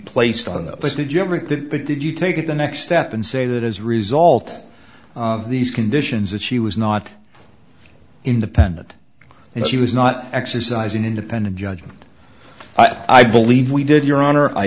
but did you take the next step and say that as a result of these conditions that she was not independent and she was not exercising independent judgment i believe we did your honor i